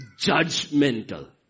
judgmental